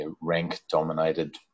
rank-dominated